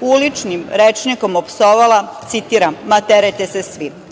uličnim rečnikom opsovala, citiram: „Ma terajte se svi“.